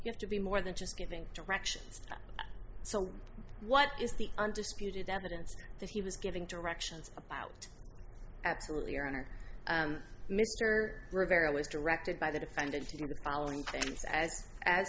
you have to be more than just giving directions so what is the undisputed evidence that he was giving directions about absolutely your honor mr rivera was directed by the defendant in the following things as as